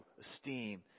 esteem